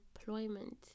employment